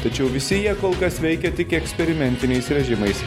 tačiau visi jie kol kas veikia tik eksperimentiniais režimais